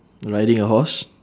riding a horse